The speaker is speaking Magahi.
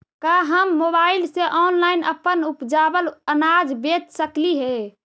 का हम मोबाईल से ऑनलाइन अपन उपजावल अनाज बेच सकली हे?